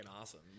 awesome